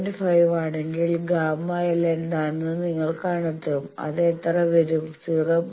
5 ആണെങ്കിൽ ΓL എന്താണെന്ന് നിങ്ങൾ കണ്ടെത്തും അത് എത്ര വരും 0